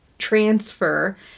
transfer